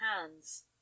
hands